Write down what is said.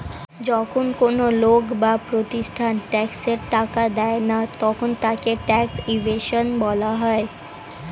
যখন কোন লোক বা প্রতিষ্ঠান ট্যাক্সের টাকা দেয় না তখন তাকে ট্যাক্স ইভেশন বলা হয়